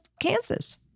Kansas